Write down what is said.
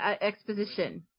exposition